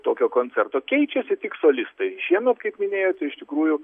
tokio koncerto keičiasi tik solistai šiemet kaip minėjot iš tikrųjų